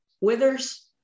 withers